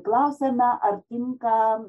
klausėme ar tinka